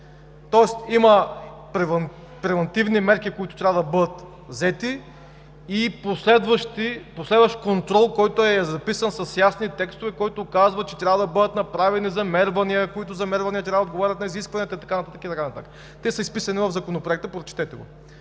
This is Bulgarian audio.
тоест има превантивни мерки, които трябва да бъдат взети, и последващ контрол, който е записан с ясни текстове, който казва, че трябва да бъдат направени замервания, които замервания трябва да отговарят на изискванията, и така нататък, и така нататък. Те са изписани в Законопроекта. Прочетете го!